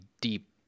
deep